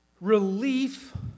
relief